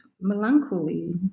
melancholy